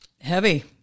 heavy